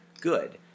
good